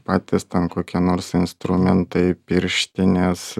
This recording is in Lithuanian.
patys ten kokie nors instrumentai pirštinės